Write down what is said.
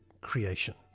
creation